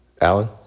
Alan